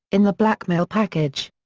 in the blackmail package.